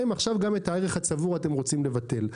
עכשיו גם את הערך הצבור אתם רוצים לבטל.